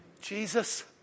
Jesus